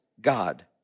God